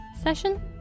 session